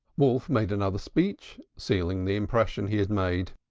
wolf made another speech, sealing the impression he had made.